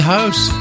House